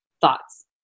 thoughts